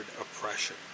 oppression